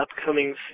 upcoming